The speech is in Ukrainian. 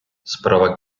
справа